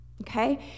okay